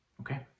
Okay